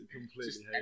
completely